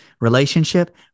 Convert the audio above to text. relationship